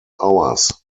hours